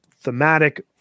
thematic